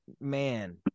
man